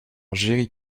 jerry